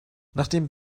nachdem